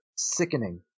Sickening